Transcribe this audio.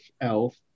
Elf